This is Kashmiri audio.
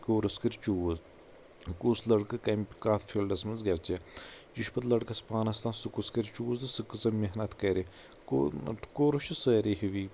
کورٕس کرِ چوٗز کُس لڑکہِ کمہِ کتھ فیٖلڈس منٛز گژھِ یہِ چھُ پتہٕ لڑکس پانس تام سُہ کُس کرِ چوٗز تہٕ سُہ کۭژاہ محنت کرِ کور کورس چھِ سٲری ہِوی